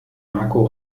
marco